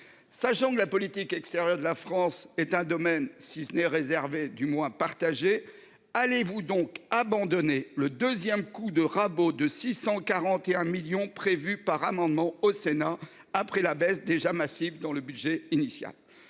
Sachant que la politique extérieure de la France est un domaine sinon réservé, du moins partagé, allez vous abandonner le deuxième coup de rabot de 641 millions d’euros prévu par amendement au Sénat, après la baisse déjà massive prévue dans le